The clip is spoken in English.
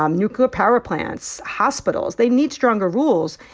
um nuclear power plants, hospitals. they need stronger rules.